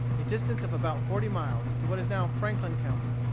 a distance of about forty miles, to what is now franklin county.